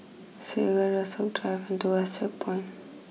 Segar Rasok Drive and Tuas Checkpoint